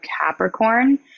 Capricorn